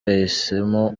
yahisemo